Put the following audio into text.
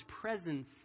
presence